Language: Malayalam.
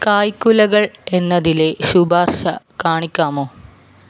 കായ്ക്കുലകൾ എന്നതിലെ ശുപാർശ കാണിക്കാമോ